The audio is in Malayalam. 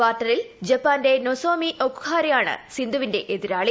കാർട്ടറിൽ ജപ്പാന്റെ നൊസോമി ഒകുഹാരയാണ് സിന്ധുവിന്റെ എതിരാളി